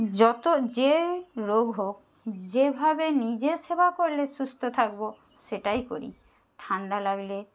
যত যে রোগ হোক যেইভাবে নিজের সেবা করলে সুস্থ থাকবো সেটাই করি ঠান্ডা লাগলে